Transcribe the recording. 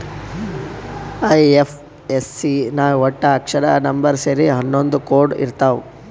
IFSC ನಾಗ್ ವಟ್ಟ ಅಕ್ಷರ, ನಂಬರ್ ಸೇರಿ ಹನ್ನೊಂದ್ ಕೋಡ್ ಇರ್ತಾವ್